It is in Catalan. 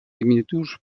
diminuts